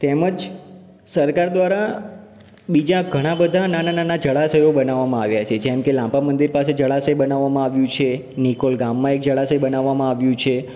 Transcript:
તેમજ સરકાર દ્વારા બીજા ઘણા બધા નાનાં નાનાં જળાશયો બનાવવામાં આવ્યા છે જેમ કે લાંભા મંદિર પાસે જળાશય બનાવવામાં આવ્યું છે નિકોલ ગામમાં એક જળાશય બનાવવામાં આવ્યું છે